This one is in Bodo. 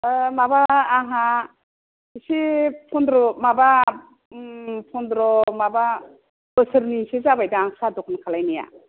माबा आंहा एसे पन्द्र' माबा पन्द्र' माबा बोसोरनैसो जाबाय दां साह दखान खालायनाया